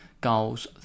Goals